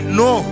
no